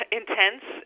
intense